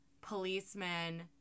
policemen